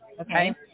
Okay